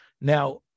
Now